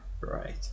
right